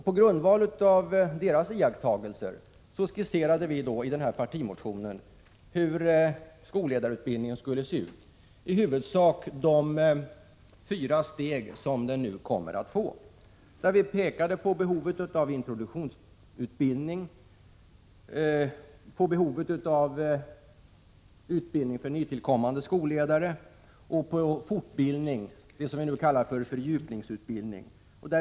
På grundval av deras iakttagelser skisserade vi i vår partimotion hur skolledarutbildningen borde se ut, och det var i huvudsak de fyra steg som den nu kommer att omfatta. Vi framhöll behovet av introduktionsutbildning, av utbildning för nytillkommande skolledare och behovet av fortbildning — det som vi nu kallar fördjupningsutbildning.